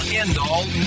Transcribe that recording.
end-all